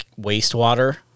wastewater